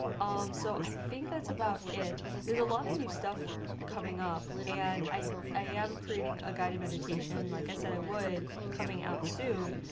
um so, i think that's about it. there's a lot of new stuff coming up and i i am creating a guided meditation like i said i would, coming out soon,